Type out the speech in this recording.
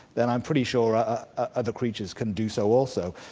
then i'm pretty sure ah other creatures can do so also.